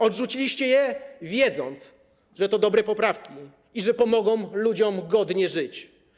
Odrzuciliście je, wiedząc, że to dobre poprawki i że pomogą ludziom godnie żyć.